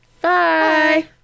Bye